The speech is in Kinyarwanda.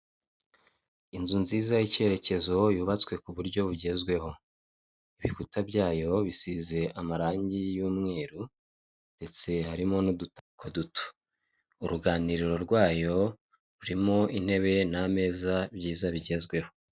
Inzu nziza y'ikerekezo y'ubatswe ku buryo bugezweho. Ibikuta byayo bisise amarange y'umweru ndetse harimo n'udutako duto. Uruganiriro rwayo rurimo intebe n'ameza byiza bigezweho.